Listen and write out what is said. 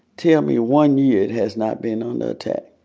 tell me one year it has not been under attack.